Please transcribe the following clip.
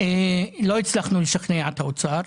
לא הצלחנו לשכנע את האוצר,